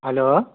hello